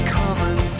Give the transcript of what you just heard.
common